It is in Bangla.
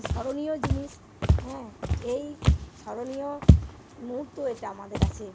স্মরণীয় জিনিস হ্যাঁ এই স্মরণীয় মুহূর্ত এটা আমাদের কাছে